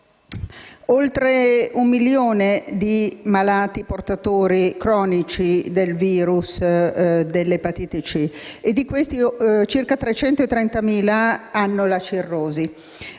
oltre un milione di malati, portatori cronici del virus dell'epatite C, e di questi circa 330.000 hanno la cirrosi.